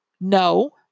no